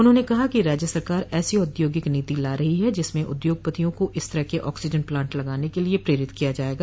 उन्होंने कहा कि राज्य सरकार ऐसी औद्योगिक नीति ला रही है जिसमें उद्योगपतियों को इस तरह के ऑक्सीजन प्लांट लगाने के लिये प्रेरित किया जायेगा